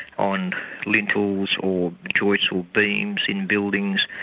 on lintels or joists or beams in buildings,